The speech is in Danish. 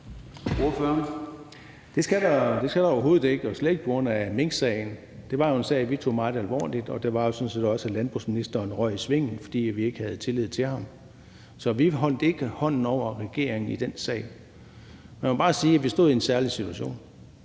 Det skal der overhovedet ikke og slet ikke på grund af minksagen. Det var jo en sag, vi tog meget alvorligt, og der var jo sådan set også en landbrugsminister, der røg i svinget, fordi vi ikke havde tillid til ham. Så vi holdt ikke hånden over regeringen i den sag. Man må bare sige, at vi stod i en særlig situation